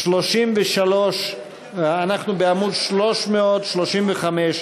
אנחנו בעמוד 335,